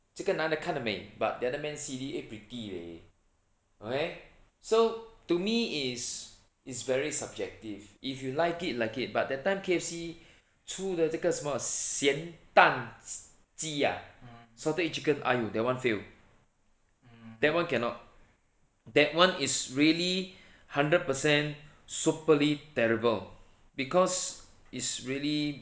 这歌男的看得美 but another man see already eh pretty leh okay so to me is is very subjective if you like it like it but that time K_F_C 出了这个什么咸蛋鸡啊 salted egg chicken !aiyo! that [one] fail that [one] cannot that [one] is really hundred percent superly terrible because is really